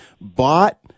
bought